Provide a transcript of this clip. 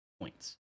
points